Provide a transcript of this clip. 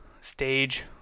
stage